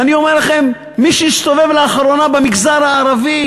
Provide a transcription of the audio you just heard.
ואני אומר לכם, מי שהסתובב לאחרונה במגזר הערבי